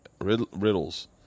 Riddles